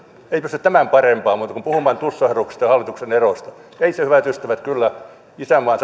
ei pysty tämän parempaa esittämään kuin puhumaan tussahduksista ja hallituksen erosta ei se hyvät ystävät kyllä isänmaan